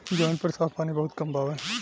जमीन पर साफ पानी बहुत कम बावे